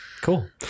cool